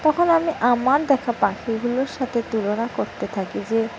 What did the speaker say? তখন আমি আমার দেখা পাখিগুলোর সাথে তুলনা করতে থাকি যে